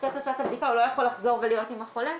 אחרי תוצאת הבדיקה הוא לא יכול לחזור ולהיות עם החולה,